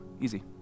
Easy